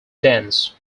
dense